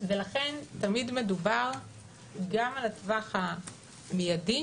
ולכן תמיד מדובר גם על הטווח המיידי,